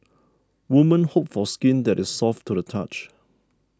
women hope for skin that is soft to the touch